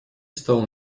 стало